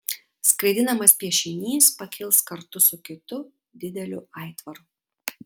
skraidinamas piešinys pakils kartu su kitu dideliu aitvaru